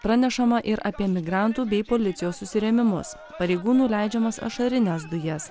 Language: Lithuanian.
pranešama ir apie migrantų bei policijos susirėmimus pareigūnų leidžiamas ašarines dujas